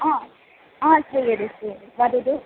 हा हा वदतु